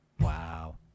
Wow